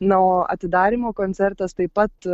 na o atidarymo koncertas taip pat